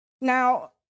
Now